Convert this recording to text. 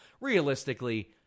Realistically